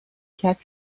کرد